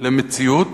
למציאות